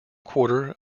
quarter